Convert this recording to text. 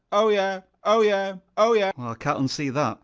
oh yeah, oh yeah, oh yeah well, i can't unsee that.